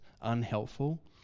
unhelpful